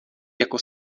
jako